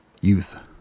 Youth